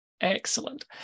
Excellent